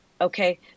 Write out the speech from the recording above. Okay